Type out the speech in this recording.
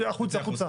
החוצה, החוצה'.